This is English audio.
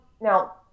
now